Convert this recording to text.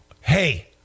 Hey